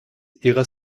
ihrer